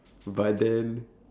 but then